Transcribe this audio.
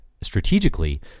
strategically